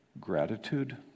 gratitude